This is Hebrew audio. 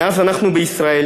ומאז אנחנו בישראל,